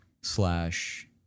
slash